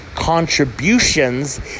contributions